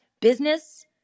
business